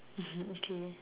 okay